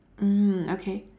mm okay